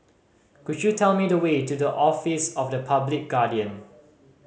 could you tell me the way to the Office of the Public Guardian